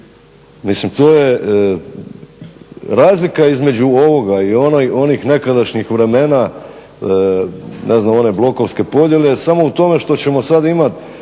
ugasi. Razlika između ovoga i onih nekadašnjih vremena, ne znam one blokovske podjele je samo u tome što ćemo imati